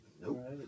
nope